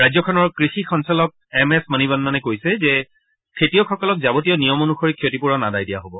ৰাজ্যখনৰ কৃষি সঞ্চালক এম এছ মনিবন্ননে কৈছে যে খেতিয়কসকলক যাৱতীয় নিয়ম অনুসৰি ক্ষতিপুৰণ আদায় দিয়া হব